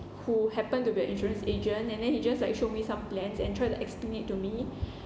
who happen to be an insurance agent and then he just like show me some plans and try to explain it to me